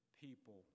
people